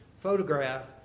photograph